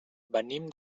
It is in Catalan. venim